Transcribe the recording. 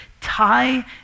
tie